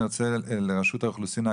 ואני רוצה לרשות האוכלוסין,